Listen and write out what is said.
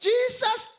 Jesus